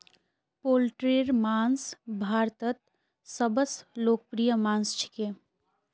पोल्ट्रीर मांस भारतत सबस लोकप्रिय मांस छिके